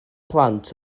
plant